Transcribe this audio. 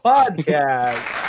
Podcast